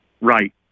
Right